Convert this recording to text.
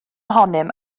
ohonom